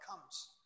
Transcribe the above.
comes